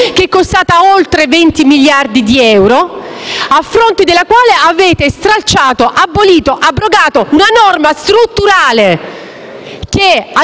è costata oltre 20 miliardi di euro, a fronte della quale avete stralciato, abolito, abrogato una norma strutturale che aiutava